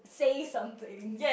say something